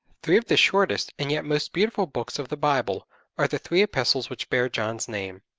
three of the shortest and yet most beautiful books of the bible are the three epistles which bear john's name.